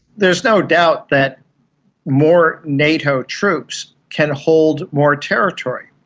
there is no doubt that more nato troops can hold more territory,